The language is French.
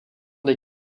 des